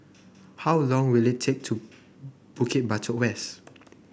how long will it take to Bukit Batok West